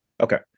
Okay